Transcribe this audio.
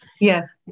Yes